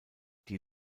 die